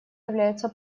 являются